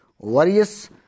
various